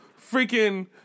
freaking